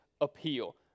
appeal